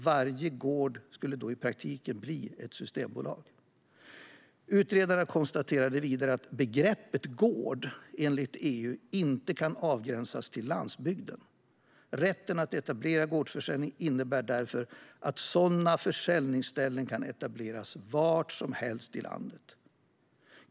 Varje gård skulle då i praktiken bli en Systembolagsbutik. Utredarna konstaterade vidare att begreppet gård enligt EU inte kan avgränsas till landsbygden. Rätten att etablera gårdsförsäljning innebär därför att sådana försäljningsställen kan etableras var som helst i landet.